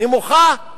אומנם האינפלציה נמוכה,